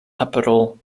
aprerol